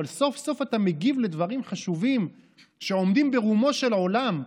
אבל סוף-סוף אתה מגיב לדברים חשובים שעומדים ברומו של עולם,